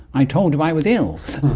i told you i was ill!